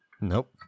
nope